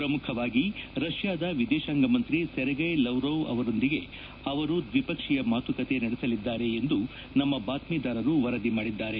ಪ್ರಮುಖವಾಗಿ ರಷ್ಯಾದ ವಿದೇಶಾಂಗ ಮಂತ್ರಿ ಸೆರೆಗೈ ಲವ್ರೊವ್ ಅವರೊಂದಿಗೆ ಅವರು ದ್ವಿಪಕ್ಷೀಯ ಮಾತುಕತೆ ನಡೆಸಲಿದ್ದಾರೆ ಎಂದು ನಮ್ಮ ಬಾತ್ಲೀದಾರರು ವರದಿ ಮಾಡಿದ್ದಾರೆ